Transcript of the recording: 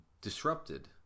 disrupted